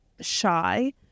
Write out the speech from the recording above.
shy